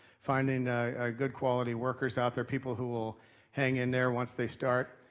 finding good quality workers out there, people who will hang in there once they start,